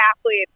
athletes